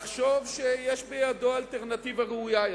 לחשוב שיש בידו אלטרנטיבה ראויה יותר.